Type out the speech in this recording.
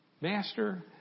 Master